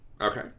okay